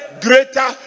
greater